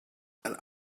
and